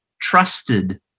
trusted